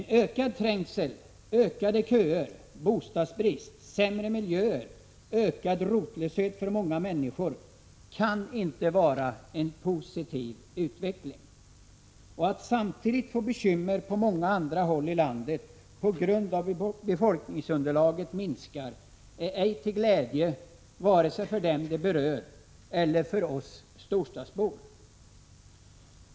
En ökad trängsel, ökade köer, bostadsbrist, sämre miljöer och ökad rotlöshet för många människor kan inte vara en positiv utveckling. Och att samtidigt få bekymmer på många andra håll i landet på grund av att befolkningsunderlaget minskar är ej heller till glädje vare sig för dem det berör eller oss storstadsbor.